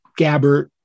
Gabbert